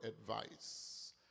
advice